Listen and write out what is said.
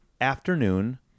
afternoon